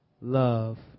Love